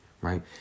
right